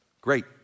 Great